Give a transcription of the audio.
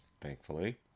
Thankfully